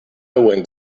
went